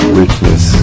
richness